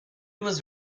was